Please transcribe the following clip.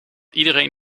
iedereen